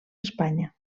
espanya